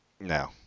No